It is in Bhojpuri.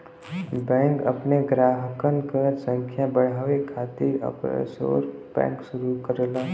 बैंक अपने ग्राहकन क संख्या बढ़ावे खातिर ऑफशोर बैंक शुरू करला